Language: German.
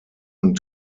und